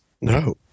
No